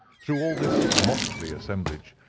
through all this motley assemblage,